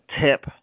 tip